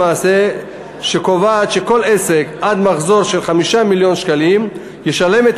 שלמעשה קובעת שכל עסק עד מחזור של 5 מיליוני שקלים ישלם את